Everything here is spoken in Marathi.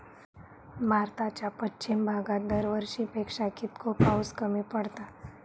भारताच्या पश्चिम भागात दरवर्षी पेक्षा कीतको पाऊस कमी पडता?